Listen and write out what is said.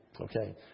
okay